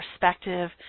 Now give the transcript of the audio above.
perspective